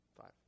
Five